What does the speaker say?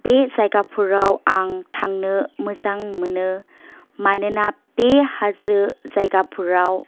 बे जायगाफोराव आं थांनो मोजां मोनो मानोना बे हाजो जायगाफोराव